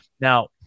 Now